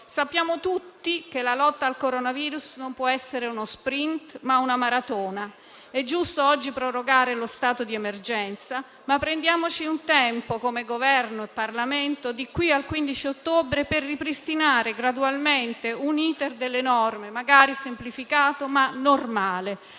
Sappiamo tutti che la lotta al coronavirus non può essere uno *sprint* ma una maratona; è giusto oggi prorogare lo stato di emergenza, ma prendiamoci del tempo, come Governo e Parlamento, di qui al 15 ottobre per ripristinare gradualmente un *iter* legislativo magari semplificato ma normale,